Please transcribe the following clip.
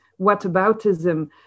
whataboutism